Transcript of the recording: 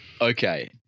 Okay